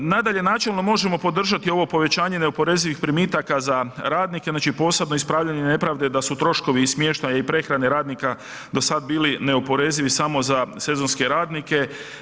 Nadalje, načelno možemo podržati ovo povećanje neoporezivih primitaka za radnike, znači posebno ispravljanje nepravde da su troškovi i smještaja i prehrane radnika do sada bili neoporezivi samo za sezonske radnike.